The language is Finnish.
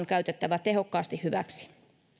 käytettävä tehokkaasti hyväksi